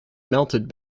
melted